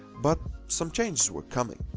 but, some changes were coming.